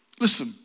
Listen